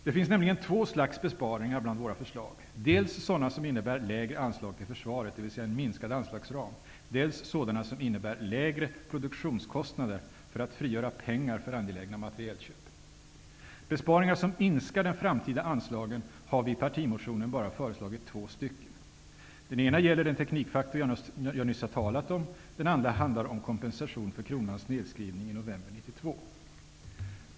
Det finns nämligen två slags besparingar bland våra förslag: dels sådana som innebär lägre anslag till försvaret, dvs. en minskad anslagsram, dels sådana som innebär lägre produktionskostnader för att frigöra pengar för angelägna materielköp. Besparingar som minskar de framtida anslagen har vi i partimotionen bara föreslagit två stycken. Den ena gäller den teknikfaktor som jag nyss talade om. Den andra handlar om kompensation för kronans nedskrivning i november 1992.